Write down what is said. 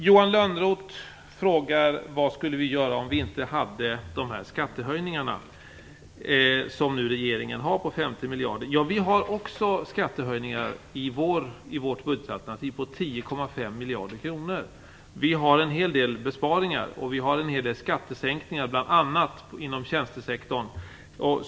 Johan Lönnroth frågar: Vad skulle vi göra om vi inte hade de skattehöjningar på 50 miljarder kronor som regeringen har? Vi har också skattehöjningar i vårt budgetalternativ. Det rör sig om 10,5 miljarder kronor. Vi har även en hel del besparingar och skattesänkningar, bl.a. inom tjänstesektorn.